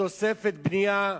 תוספת בנייה,